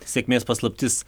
sėkmės paslaptis